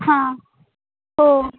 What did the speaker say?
हां हो